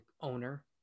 owner